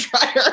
dryer